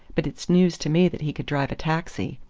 but it's news to me that he could drive a taxi.